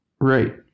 Right